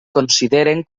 consideren